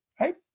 right